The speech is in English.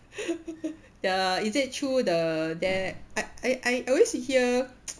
there are is it true the there I I I always sit here